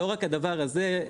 לא רק הדבר הזה,